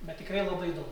bet tikrai labai daug